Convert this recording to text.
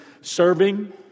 serving